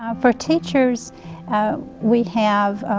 um for teachers we have